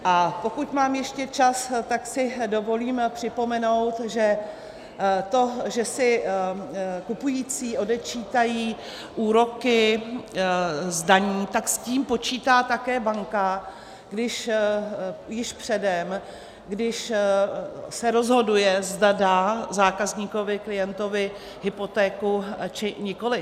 A pokud mám ještě čas, tak si dovolím připomenout, že to, že si kupující odečítají úroky z daní, tak s tím počítá také banka již předem, když se rozhoduje, zda dá zákazníkovi, klientovi hypotéku, či nikoliv.